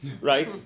right